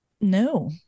No